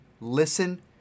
listen